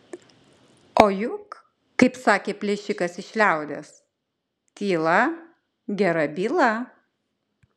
o juk kaip sakė plėšikas iš liaudies tyla gera byla